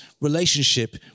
relationship